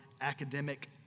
academic